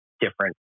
different